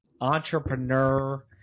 entrepreneur